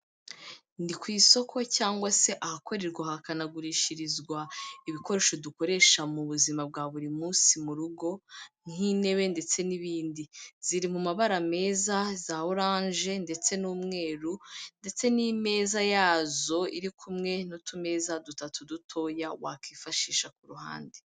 Ni ku isoko cyangwa se ahakorerwa hakanagurishirizwa ibikoresho dukoresha mu buzima bwa buri munsi mu rugo, nk'intebe ndetse n'ibindi. Ziri mu mabara meza za oranje ndetse n'umweru ndetse n'imeza yazo, iri kumwe n'utumeza dutatu dutoya wakwifashisha ku ruhande.